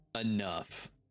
enough